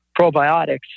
probiotics